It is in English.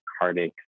heartaches